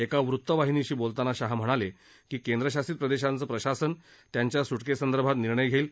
एका वृत्तवाहिनीशी बोलताना शहा म्हणाले की केंद्रशासित प्रदेशाचं प्रशासन त्यांच्या स्टकेसंदर्भात निर्णय घेईल